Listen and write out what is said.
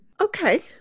Okay